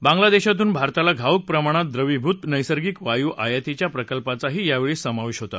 बांग्लादेशातून भारताला घाऊक प्रमाणात द्रविभूत नैसर्गिक वायु आयातीच्या प्रकल्पाचाही यावेळी समावेश होता